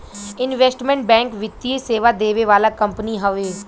investment bank वित्तीय सेवा देवे वाला कंपनी हवे